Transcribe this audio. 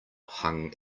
hung